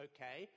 Okay